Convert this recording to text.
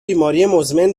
بیماریمزمن